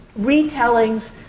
retellings